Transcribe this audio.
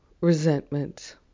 resentment